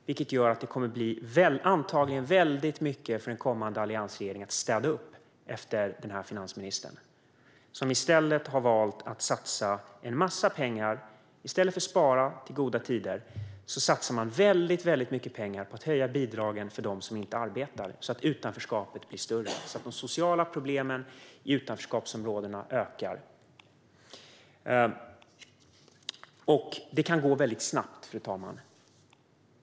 Därför kommer en kommande alliansregering antagligen att få väldigt mycket att städa upp efter denna finansminister. Hon har i stället valt att satsa en massa pengar. I stället för att spara i goda tider satsar hon väldigt mycket pengar på att höja bidragen för dem som inte arbetar, så att utanförskapet blir större och så att de sociala problemen i utanförskapsområdena ökar. Fru talman! Detta kan gå mycket snabbt.